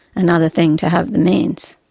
another thing to have the means.